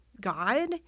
God